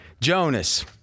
Jonas